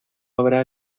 habrá